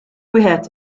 wieħed